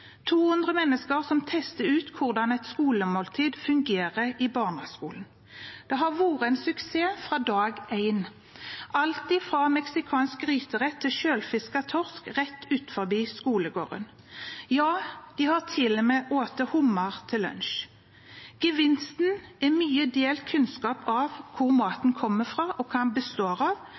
200 mennesker som tester ut hvordan et skolemåltid fungerer i barneskolen. Det har vært en suksess fra dag én, alt fra mexicansk gryterett til selvfisket torsk rett utenfor skolegården. Ja, de har til og med spist hummer til lunsj. Gevinsten er mye delt kunnskap om hvor maten kommer fra, og hva den består av,